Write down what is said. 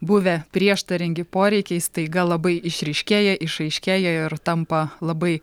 buvę prieštaringi poreikiai staiga labai išryškėja išaiškėja ir tampa labai